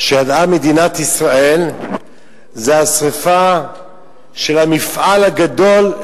שידעה מדינת ישראל היא השרפה של המפעל הגדול,